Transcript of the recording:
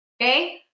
Okay